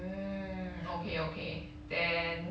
mm okay okay then